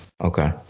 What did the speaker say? Okay